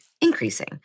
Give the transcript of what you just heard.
increasing